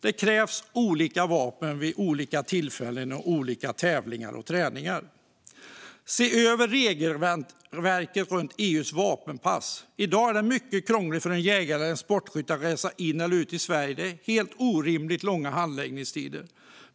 Det krävs olika vapen vid olika tillfällen och vid olika tävlingar och träningar. Regeringen ska se över regelverket runt EU:s vapenpass. I dag är det mycket krångligt för en jägare eller sportskytt att resa in i eller ut ur Sverige - handläggningstiderna är helt orimligt långa.